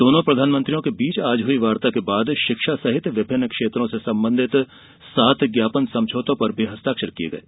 दोनों प्रधानमंत्रियों के बीच आज हुई वार्ता के बाद शिक्षा सहित विभिन्न क्षेत्रों से संबंधित सात ज्ञापन समझौतों पर भी हस्ताक्षर किये गये